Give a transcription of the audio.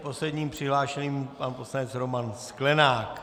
Posledním přihlášeným je pan poslanec Roman Sklenák.